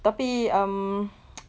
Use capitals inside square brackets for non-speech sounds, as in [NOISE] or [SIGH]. tapi um [NOISE]